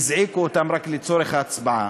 הזעיקו אותם רק לצורך ההצבעה,